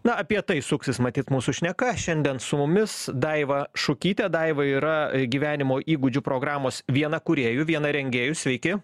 na apie tai suksis matyt mūsų šneka šiandien su mumis daiva šukytė daiva yra gyvenimo įgūdžių programos viena kūrėjų viena rengėjų sveiki